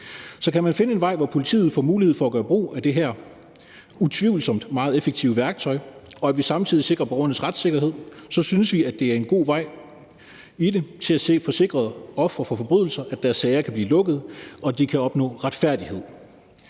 Så kan man finde en vej, hvor politiet får mulighed for at gøre brug af det her utvivlsomt meget effektive værktøj og vi samtidig sikrer borgernes retssikkerhed, synes vi, at det er en god vej til at få sikret ofre for forbrydelser, at deres sager kan blive lukket, og at de kan opnå retfærdighed.